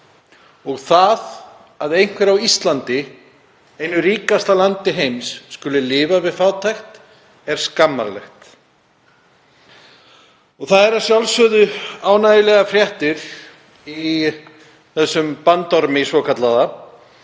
Það að einhver á Íslandi, einu ríkasta landi heims, skuli lifa við fátækt er skammarlegt. Það eru að sjálfsögðu ánægjulegar fréttir í þessum svokallaða